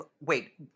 wait